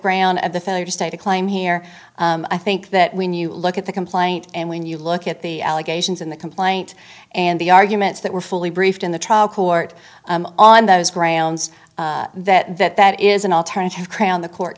brand of the failure to state a claim here i think that when you look at the complaint and when you look at the allegations in the complaint and the arguments that were fully briefed in the trial court on those grounds that that that is an alternative crown the court